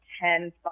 ten